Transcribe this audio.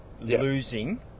losing